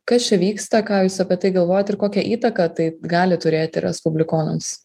kas čia vyksta ką jūs apie tai galvojat ir kokią įtaką tai gali turėti respublikonams